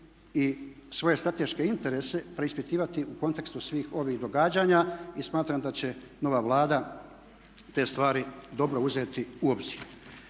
i svoje strateške interese preispitivati u kontekstu svih ovih događanja i smatram da će nova Vlada te stvari dobro uzeti u obzir.